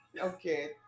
Okay